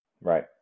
Right